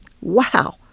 Wow